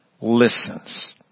listens